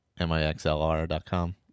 mixlr.com